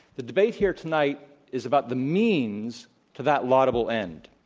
the debate here tonight is about the means to that laudable end.